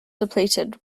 depleted